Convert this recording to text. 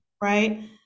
Right